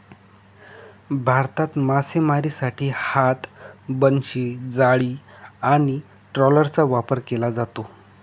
भारतात मासेमारीसाठी हात, बनशी, जाळी आणि ट्रॉलरचा वापर केला जातो